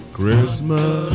Christmas